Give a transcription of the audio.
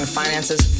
finances